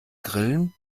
grillen